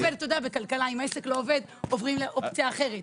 בכלכלה, אם העסק לא עובד עוברים לאופציה אחרת.